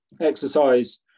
Exercise